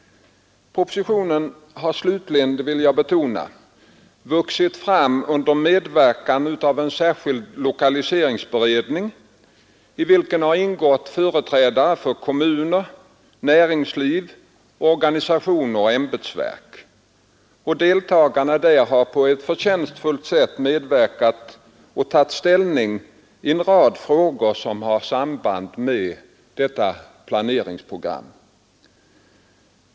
Jag vill också betona att propositionen har vuxit fram under medverkan av en särskild lokaliseringsberedning, i vilken har ingått företrädare för kommuner, näringsliv, organisationer och ämbetsverk, och deltagarna i den beredningen har på ett förtjänstfullt sätt medverkat till och tagit ställning i en rad frågor som har samband med detta planeringsprogram.